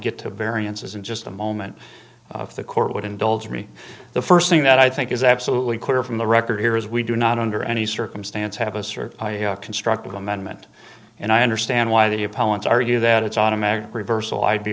get to variances in just a moment if the court would indulge me the first thing that i think is absolutely clear from the record here is we do not under any circumstance have a cert constructive amendment and i understand why the opponents argue that it's automatic reversal i'd be